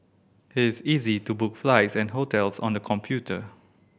it is easy to book flights and hotels on the computer